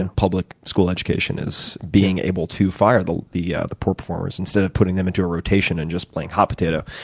and public school education is being able to fire the the poor performers, instead of putting them into a rotation and just playing hot potato.